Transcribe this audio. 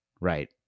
right